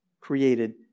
created